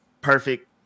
perfect